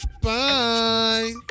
Bye